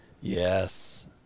yes